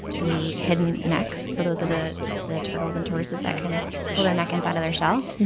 the hidden-necks. so those are the the turtles and tortoises that can pull their neck inside of their shell.